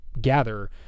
gather